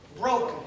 Broken